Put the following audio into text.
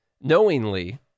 knowingly